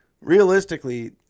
realistically